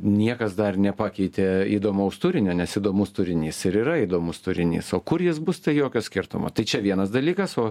niekas dar nepakeitė įdomaus turinio nes įdomus turinys ir yra įdomus turinys o kur jis bus tai jokio skirtumo tai čia vienas dalykas o